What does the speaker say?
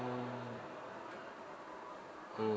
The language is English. mm